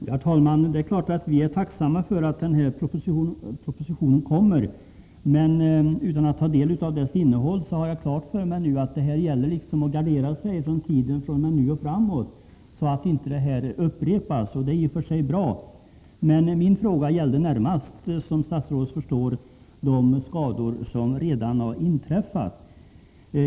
Herr talman! Visst är vi tacksamma för att den här propositionen skall komma, men utan att ha tagit del av dess innehåll har jag klart för mig att det fr.o.m. nu gäller att gardera sig för den tid som vi har framför oss, så att samma förhållanden inte upprepas. De aviserade åtgärderna är i och för sig bra, men min fråga gällde närmast, som statsrådet förstår, de skador som redan har inträffat.